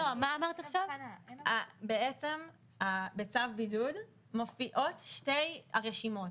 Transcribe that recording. בעצם בצו בידוד מופיעות שתי הרשימות,